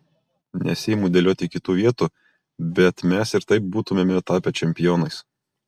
nesiimu dėlioti kitų vietų bet mes ir taip būtumėme tapę čempionais